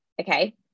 okay